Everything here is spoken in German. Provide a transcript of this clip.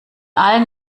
allen